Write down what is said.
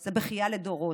זה בכייה לדורות.